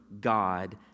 God